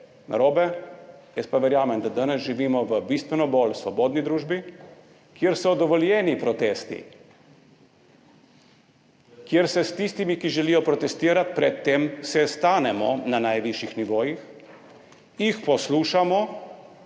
narobe, jaz pa verjamem, da danes živimo v bistveno bolj svobodni družbi, kjer so dovoljeni protesti. Kjer se s tistimi, ki želijo protestirati, pred tem sestanemo na najvišjih nivojih, jih poslušamo